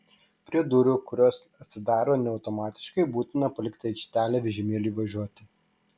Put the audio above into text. prie durų kurios atsidaro ne automatiškai būtina palikti aikštelę vežimėliui važiuoti